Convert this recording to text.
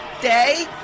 day